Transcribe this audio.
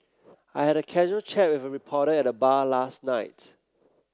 I had a casual chat with a reporter at the bar last night